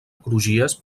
crugies